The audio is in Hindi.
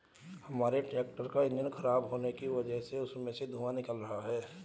हमारे ट्रैक्टर का इंजन खराब होने की वजह से उसमें से धुआँ निकल रही है